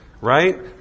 Right